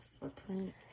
footprint